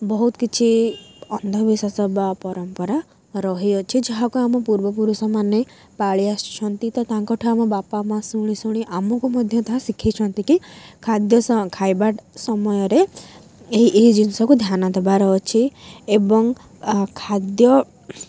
ବହୁତ କିଛି ଅନ୍ଧବିଶ୍ୱାସ ବା ପରମ୍ପରା ରହିଅଛି ଯାହାକୁ ଆମ ପୂର୍ବପୁରୁଷ ମାନେ ପାଳି ଆସିଛନ୍ତି ତ ତାଙ୍କଠୁ ଆମ ବାପା ମାଁ ଶୁଣି ଶୁଣି ଆମକୁ ମଧ୍ୟ ତାହା ଶିଖେଇଛନ୍ତି କି ଖାଦ୍ୟ ଖାଇବା ସମୟରେ ଏହି ଏହି ଜିନିଷକୁ ଧ୍ୟାନ ଦେବାର ଅଛି ଏବଂ ଖାଦ୍ୟ